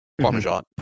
Parmesan